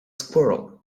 squirrel